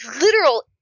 literal